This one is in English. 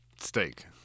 Steak